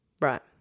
Right